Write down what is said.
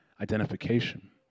identification